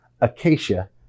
acacia